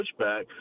pushback